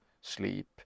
sleep